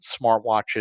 smartwatches